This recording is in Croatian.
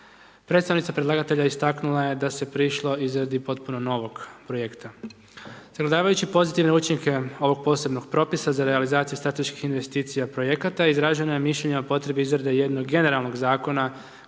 Predstavnica predlagatelja istaknula je da se prišlo izradi potpuno novog projekta. Sagledavajući pozitivne učinke ovog posebnog Propisa za realizaciju strateških investicija projekata, izraženo je mišljenje o potrebi izrade jednog generalnog Zakona